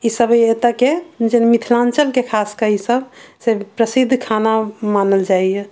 ई सभ एतऽ के जे मिथिलाञ्चल के खास कऽ ई सभ से प्रसिद्ध खाना मानल जाइया